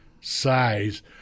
size